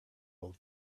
old